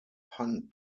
hunt